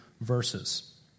verses